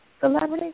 celebrity